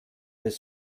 des